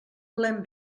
volem